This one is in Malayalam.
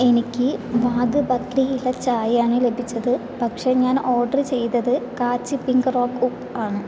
എനിക്ക് വാഗ് ബക്രി ഇല ചായയാണ് ലഭിച്ചത് പക്ഷേ ഞാൻ ഓർഡർ ചെയ്തത് കാച്ച് പിങ്ക് റോക്ക് ഉപ്പ് ആണ്